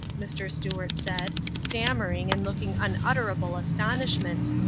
mr. stuart said, stammering and looking unutterable astonishment.